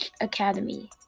Academy